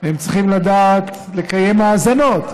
הם צריכים לדעת לקיים האזנות,